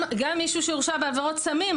גם מישהו שהורשע בעבירות סמים,